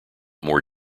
more